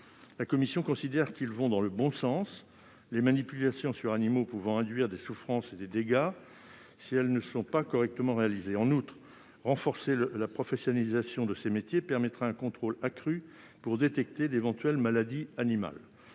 La commission considère qu'une telle disposition va dans le bon sens, les manipulations sur animaux pouvant induire des souffrances et des dégâts si elles ne sont pas correctement réalisées. En outre, renforcer la professionnalisation de ces métiers permettra un contrôle accru permettant de détecter d'éventuelles maladies animales.